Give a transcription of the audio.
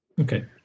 Okay